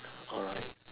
alright